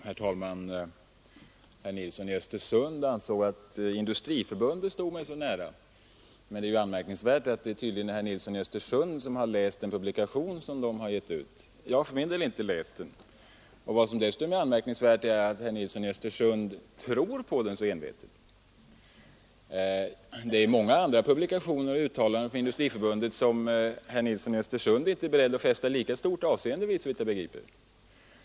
Herr talman! Herr Nilsson i Östersund anser att Industriförbundet står mig mycket nära, men det är då anmärkningsvärt att det tydligen är herr Nilsson i Östersund som har läst en publikation som Industriförbundet har gett ut — jag har däremot inte läst den. Vad som dessutom är anmärkningsvärt är att herr Nilsson i Östersund tror på den så envetet. Såvitt jag begriper är det många andra publikationer och uttalanden från Industriförbundet som herr Nilsson i Östersund inte är beredd att fästa lika stort avseende vid.